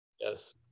Yes